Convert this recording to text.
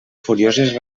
furioses